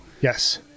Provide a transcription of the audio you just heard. Yes